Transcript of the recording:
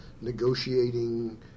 negotiating